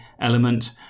element